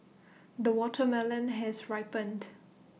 the watermelon has ripened